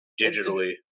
digitally